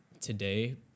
today